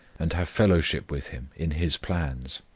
and have fellowship with him in his plans.